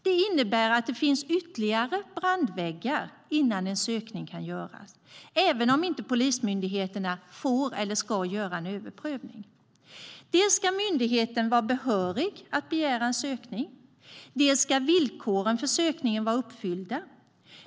Det innebär att det finns ytterligare brandväggar innan en sökning kan göras, även om polismyndigheterna inte får eller ska göra en överprövning. Dels ska myndigheten vara behörig att begära en sökning, dels ska villkoren för sökningen vara uppfyllda.